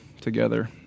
together